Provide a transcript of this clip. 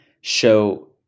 show